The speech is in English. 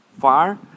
far